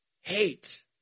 hate